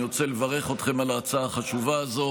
אני רוצה לברך אתכם על ההצעה החשובה הזאת